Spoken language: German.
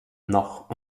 noch